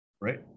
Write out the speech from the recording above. right